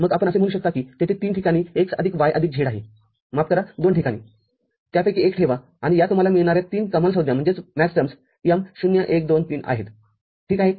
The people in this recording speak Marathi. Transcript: मग आपण असे म्हणू शकता की तेथे तीन ठिकाणी x आदिक y आदिक z आहे माफ करादोन ठिकाणीत्यापैकी एक ठेवा आणि या तुम्हाला मिळणाऱ्या तीन कमाल संज्ञा M ० १ २ आहेत ठीक आहे